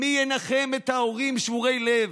מי ינחם את ההורים שבורי הלב?